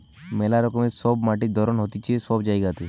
মেলা রকমের সব মাটির ধরণ হতিছে সব জায়গাতে